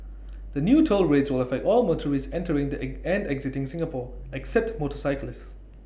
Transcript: the new toll rates will affect all motorists entering and exiting Singapore except motorcyclists